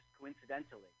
coincidentally